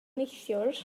neithiwr